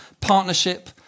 partnership